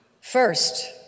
First